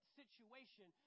situation